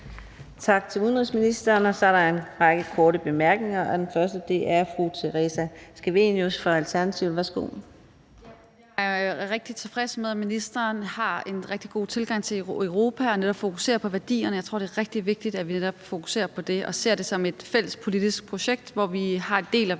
Tak til udenrigsministeren. Der er en række korte bemærkninger, og den første er fra fru Theresa Scavenius fra Alternativet. Værsgo. Kl. 17:51 Theresa Scavenius (ALT): Jeg er rigtig tilfreds med, at ministeren har en rigtig god tilgang til Europa og netop fokuserer på værdierne. Jeg tror, det er rigtig vigtigt, at vi netop fokuserer på det og ser det som et fælles politisk projekt, hvor vi deler